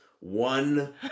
One